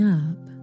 up